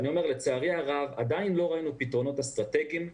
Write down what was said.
לצערי הרב עדיין לא ראינו פתרונות אסטרטגיים.